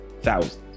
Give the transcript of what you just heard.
Thousands